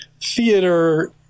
theater